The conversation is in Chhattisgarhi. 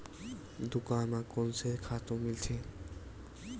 दुकान म कोन से खातु मिलथे?